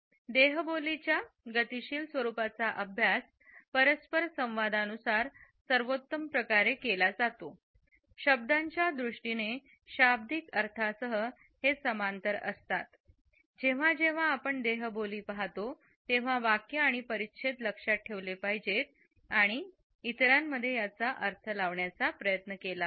देहबोली च्या गतिशील स्वरूपाचा अभ्यास परस्पर संवाद अनुसार सर्वोत्तम प्रकारे केला जातो शब्दांच्या दृष्टीने भाषिक अर्थासह हे समांतर असतात जेव्हा जेव्हा आपण देहबोली पाहतो तेव्हा वाक्य आणि परिच्छेद लक्षात ठेवले पाहिजेत आणि इतरांमध्ये याचा अर्थ लावण्याचा प्रयत्न करा